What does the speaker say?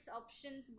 options